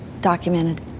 documented